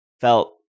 felt